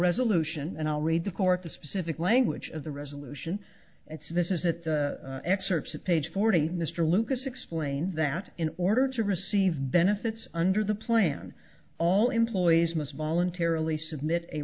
resolution and i'll read the court the specific language of the resolution and this is that excerpt at page forty mr lucas explains that in order to receive benefits under the plan all employees must voluntarily submit a